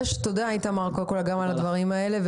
איתמר, תודה על הדברים האלה.